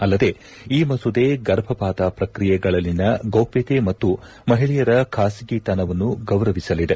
ಅಲ್ಲದೆ ಈ ಮಸೂದೆ ಗರ್ಭಪಾತ ಪ್ರಕ್ರಿಯೆಗಳಲ್ಲಿನ ಗೌಪ್ಲತೆ ಮತ್ತು ಮಹಿಳೆಯರ ಬಾಸಗಿತನವನ್ನು ಗೌರವಿಸಲಿದೆ